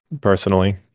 personally